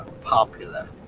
popular